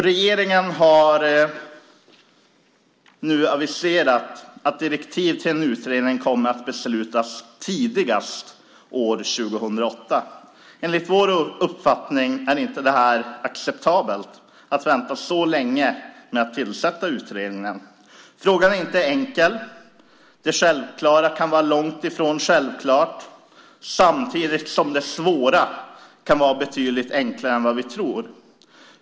Regeringen har nu aviserat att direktiv till en utredning kommer att beslutas tidigast år 2008. Enligt vår uppfattning är det inte acceptabelt att vänta så länge med att tillsätta utredningen. Frågan är inte enkel. Det självklara kan vara långt ifrån självklart samtidigt som det svåra kan vara betydligt enklare än vad vi tror.